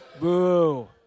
boo